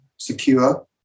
secure